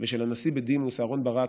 ושל הנשיא בדימוס אהרן ברק,